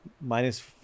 minus